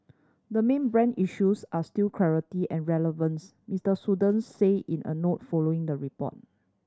the main brand issues are still clarity and relevance Mister Saunders said in a note following the report